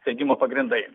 steigimo pagrindai